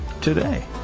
today